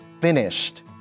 finished